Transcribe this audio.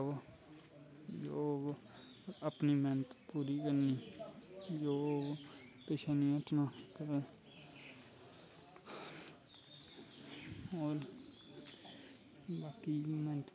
जो होग अपनी मैह्नत पूरी करनी जो होग पिछे नी हटनां कदैं बाकी